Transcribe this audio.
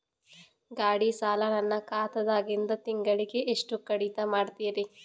ಗಾಢಿ ಸಾಲ ನನ್ನ ಖಾತಾದಾಗಿಂದ ತಿಂಗಳಿಗೆ ಎಷ್ಟು ಕಡಿತ ಮಾಡ್ತಿರಿ?